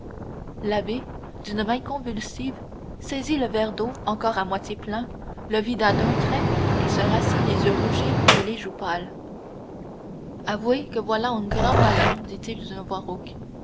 l'abbé d'une main convulsive saisit le verre d'eau encore à moitié plein le vida d'un trait et se rassit les yeux rougis et les joues pâles avouez que voilà un grand malheur dit-il d'une voix rauque